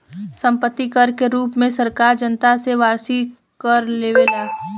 सम्पत्ति कर के रूप में सरकार जनता से वार्षिक कर लेवेले